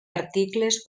articles